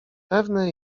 pewny